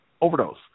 overdose